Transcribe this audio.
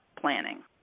planning